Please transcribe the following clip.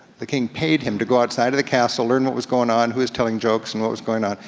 the king paid him to go outside of the castle, learn what was going on, who was telling jokes, and what was going on,